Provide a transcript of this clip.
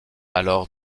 alors